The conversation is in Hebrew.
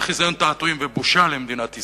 וזה חזיון תעתועים, ובושה למדינת ישראל.